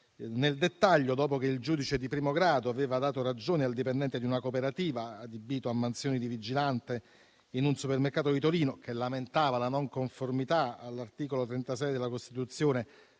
Nel dettaglio, dopo che il giudice di primo grado aveva dato ragione al dipendente di una cooperativa adibito a mansioni di vigilante in un supermercato di Torino, che lamentava la non conformità all'articolo 36 della Costituzione